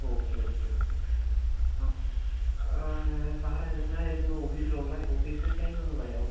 okay okay okay ആ sir എന്നായിരുന്നു ഓഫീസിലുള്ളത് ഓഫീസ് ടൈമൊന്ന് പറയാമോ